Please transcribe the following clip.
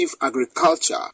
agriculture